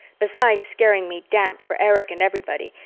besides scaring me damp for erich and everybody,